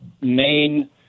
main